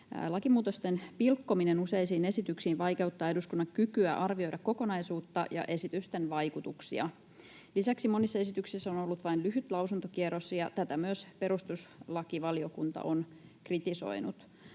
Lakimuutosten pilkkominen useisiin esityksiin vaikeuttaa eduskunnan kykyä arvioida kokonaisuutta ja esitysten vaikutuksia. Lisäksi monissa esityksissä on ollut vain lyhyt lausuntokierros, ja tätä myös perustuslakivaliokunta on kritisoinut.